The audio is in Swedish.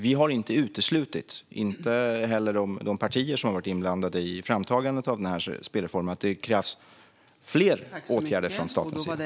Vi och de partier som har varit inblandade i framtagandet av spelreformen har inte uteslutit att det krävs fler åtgärder från statens sida.